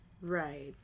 Right